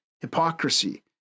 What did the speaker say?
hypocrisy